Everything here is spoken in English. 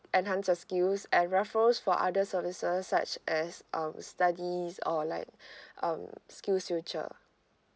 enhance your skills and referrals for other services such as um studies or like um skills future